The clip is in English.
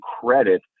credit